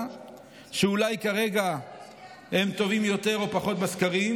שאולי כרגע הם טובים יותר או פחות בסקרים,